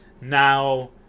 Now